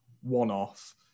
one-off